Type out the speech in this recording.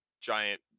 giant